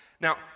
Now